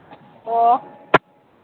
ꯑꯣ